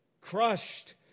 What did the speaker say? Crushed